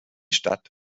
stadt